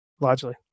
largely